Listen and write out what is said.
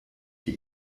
sie